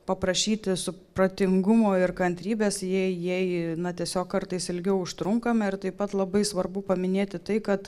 paprašyti supratingumo ir kantrybės jei jei na tiesiog kartais ilgiau užtrunkame ir taip pat labai svarbu paminėti tai kad